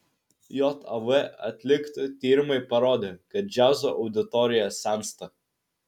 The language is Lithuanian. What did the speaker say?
jav atlikti tyrimai parodė kad džiazo auditorija sensta